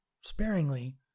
sparingly